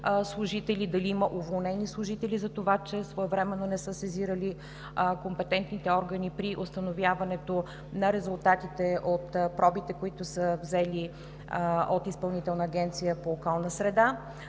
дали има уволнени служители, че своевременно не са сезирали компетентните органи при установяването на резултатите от пробите, които са взели от Изпълнителна агенция по околна среда.